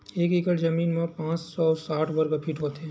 एक एकड़ जमीन मा पांच सौ साठ वर्ग फीट होथे